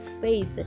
faith